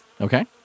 Okay